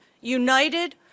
united